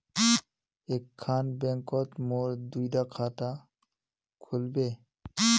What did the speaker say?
एक खान बैंकोत मोर दुई डा खाता खुल बे?